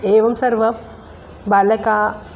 एवं सर्वे बालकाः